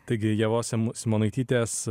taigi ievos simonaitytės